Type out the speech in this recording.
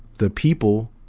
the people,